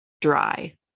dry